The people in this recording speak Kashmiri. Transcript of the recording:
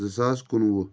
زٕ ساس کُنوُہ